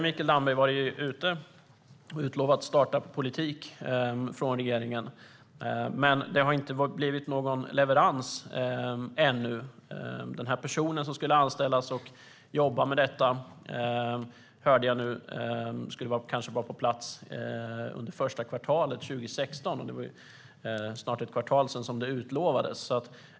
Mikael Damberg har varit ute och utlovat startup-politik från regeringen, men det har inte blivit någon leverans ännu. Den person som skulle anställas för att jobba med detta ska, enligt vad jag har hört, vara på plats först under första kvartalet 2016, och det är snart ett kvartal sedan det utlovades.